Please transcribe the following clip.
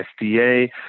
FDA